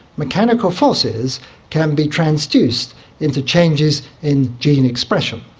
mechanical forces can be transduced into changes in gene expression.